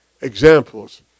examples